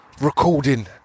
recording